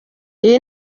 iyi